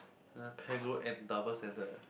uh pegro and double standard ah